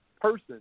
person